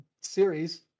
series